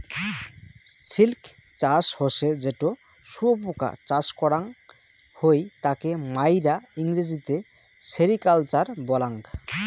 silk চাষ হসে যেটো শুয়োপোকা চাষ করাং হই তাকে মাইরা ইংরেজিতে সেরিকালচার বলাঙ্গ